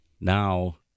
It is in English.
Now